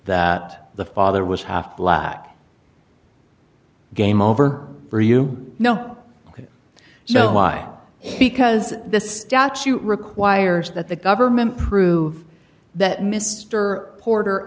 that the father was half black game over for you know you know why because the statute requires that the government prove that mr porter